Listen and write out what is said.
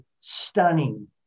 stunning